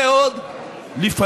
זה עוד לפנינו,